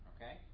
Okay